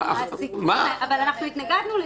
לא.